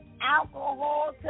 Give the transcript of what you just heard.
alcohol